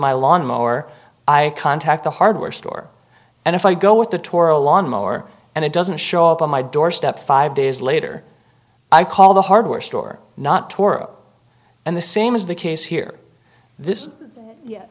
my lawn mower i contact the hardware store and if i go with the torah lawn mower and it doesn't show up on my doorstep five days later i call the hardware store not toro and the same is the case here this